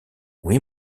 oui